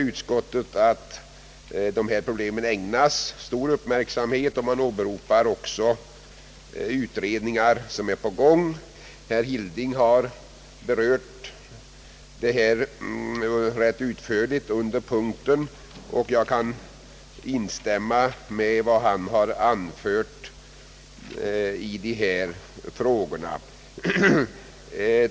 Utskottet säger att problemen ägnas stor uppmärksamhet och åberopar även utredningar som är på gång. Herr Hilding har utförligt behandlat denna punkt och jag kan instämma i vad han har anfört.